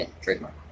trademark